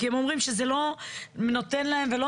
כי הם אומרים שזה לא נותן להם ולא